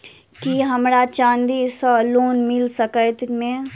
की हमरा चांदी सअ लोन मिल सकैत मे?